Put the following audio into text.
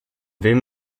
wem